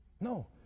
No